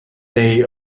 day